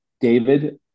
David